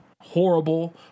horrible